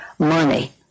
Money